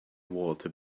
walter